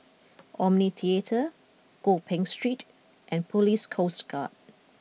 Omni Theatre Gopeng Street and Police Coast Guard